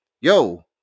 yo